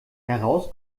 heraus